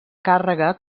càrrega